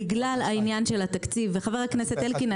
בגלל העניין של התקציב וחבר הכנסת אלקין,